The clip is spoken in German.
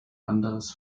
anderes